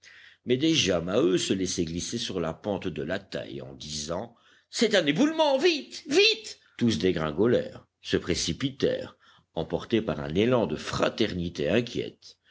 mais déjà maheu se laissait glisser sur la pente de la taille en disant c'est un éboulement vite vite tous dégringolèrent se précipitèrent emportés par un élan de fraternité inquiète